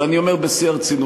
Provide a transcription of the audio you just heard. אבל אני אומר בשיא הרצינות,